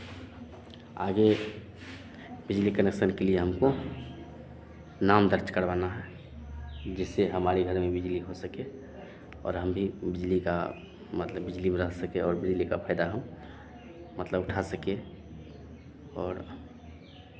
आगे बिजली कनेक्शन के लिए हमको नाम दर्ज़ करवाना है जिससे हमारे घर में बिजली हो सके और हम भी बिजली का मतलब बिजली बना सके और बिजली का फ़ायदा हम मतलब उठा सकें और